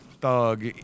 thug